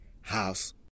house